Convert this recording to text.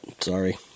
sorry